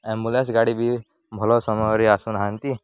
ambulance ଗାଡ଼ି ବି ଭଲ ସମୟରେ ଆସୁନାହାନ୍ତି